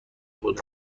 خود